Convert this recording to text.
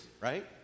right